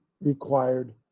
required